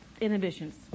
inhibitions